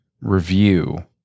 review